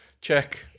check